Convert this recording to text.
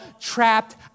trapped